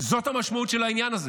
זאת המשמעות של העניין הזה.